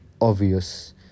obvious